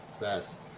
best